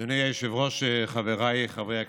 אדוני היושב-ראש, חבריי חברי הכנסת,